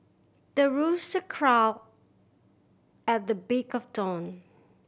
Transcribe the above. the rooster crow at the break of dawn